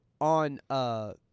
on